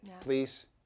please